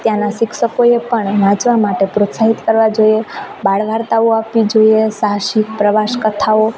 ત્યાંનાં શિક્ષકોએ પણ વાંચવા માટે પ્રોત્સાહિત કરવા જોઈએ બાળવાર્તાઓ આપવી જોઈએ સાહસિક પ્રવાસ કથાઓ